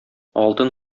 алтын